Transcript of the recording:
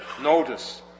notice